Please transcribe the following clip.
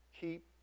Keep